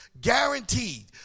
Guaranteed